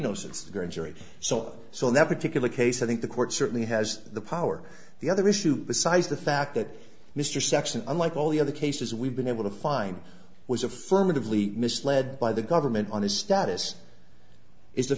since the grand jury so so in that particular case i think the court certainly has the power the other issue besides the fact that mr section unlike all the other cases we've been able to find was affirmatively misled by the government on his status is the